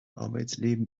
arbeitsleben